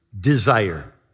desire